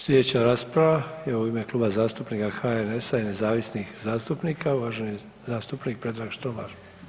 Slijedeća rasprava je u ime Kluba zastupnika HNS-a i nezavisnih zastupnika, uvaženi zastupnik Predrag Štromar.